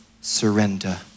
surrender